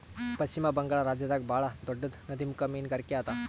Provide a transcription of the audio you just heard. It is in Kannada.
ಪಶ್ಚಿಮ ಬಂಗಾಳ್ ರಾಜ್ಯದಾಗ್ ಭಾಳ್ ದೊಡ್ಡದ್ ನದಿಮುಖ ಮೀನ್ಗಾರಿಕೆ ಅದಾ